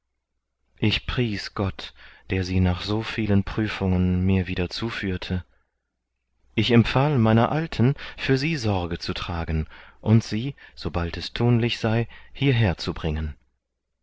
ich pries gott der sie nach so vielen prüfungen mir wieder zuführte ich empfahl meiner alten für sie sorge zu tragen und sie sobald es thunlich sei hierher zu bringen